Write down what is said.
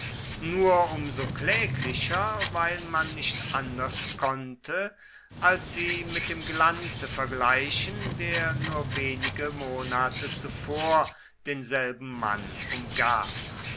nur um so kläglicher weil man nicht anders konnte als sie mit dem glanze vergleichen der nur wenige monate zuvor denselben mann umgab